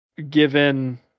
given